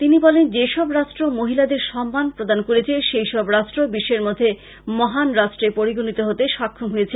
তিনি বলেন যে সব রাষ্ট্র মহিলাদের সম্মান প্রদান করেছে সেই সব রাষ্ট্র বিশ্বের মধ্যে মহান রাষ্ট্রে পরিগনিত হতে সক্ষম হয়েছে